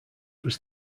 was